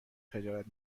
خجالت